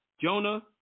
Jonah